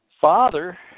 father